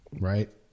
Right